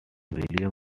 william